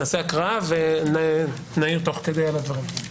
נעשה הקראה ונגיב תוך כדי על הדברים.